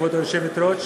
כבוד היושבת-ראש,